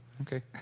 Okay